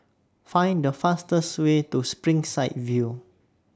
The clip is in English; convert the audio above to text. Find The fastest Way to Springside View